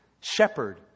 Shepherd